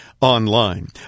online